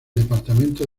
departamento